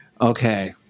Okay